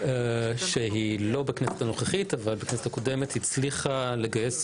שהיא לא בכנסת הנוכחית אבל בכנסת הקודמת היא הצליחה לגייס